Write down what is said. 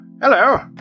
hello